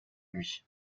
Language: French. lui